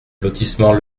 lotissement